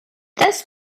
this